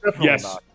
Yes